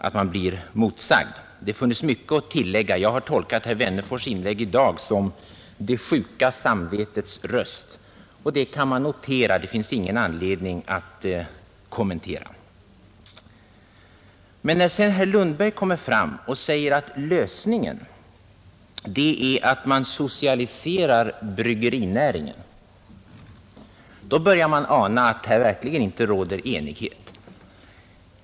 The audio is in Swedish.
Det kunde vara mycket att tillägga där, men jag vill bara säga att jag har tolkat herr Wennerfors” inlägg i dag som något av det sjuka samvetets röst, och det kan man notera, men det finns ingen anledning att kommentera det. Men när sedan herr Lundberg stiger upp och säger att lösningen på alkoholfrågan är att vi socialiserar bryggerinäringen, börjar man ana att här verkligen inte råder enighet.